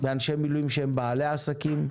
באנשי מילואים שהם בעלי עסקים,